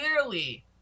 clearly